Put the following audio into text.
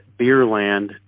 Beerland